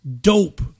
dope